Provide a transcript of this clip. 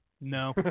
No